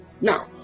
now